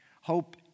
Hope